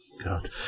God